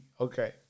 okay